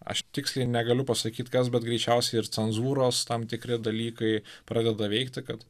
aš tiksliai negaliu pasakyt kas bet greičiausiai ir cenzūros tam tikri dalykai pradeda veikti kad